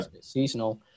seasonal